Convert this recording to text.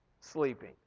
sleeping